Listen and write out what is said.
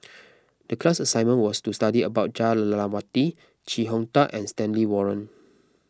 the class assignment was to study about Jah Lelawati Chee Hong Tat and Stanley Warren